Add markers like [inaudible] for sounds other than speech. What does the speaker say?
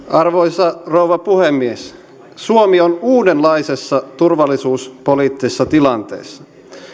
[unintelligible] arvoisa rouva puhemies suomi on uudenlaisessa turvallisuuspoliittisessa tilanteessa